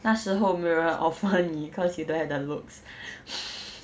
那时候没有人 offer 你 cause you don't have the looks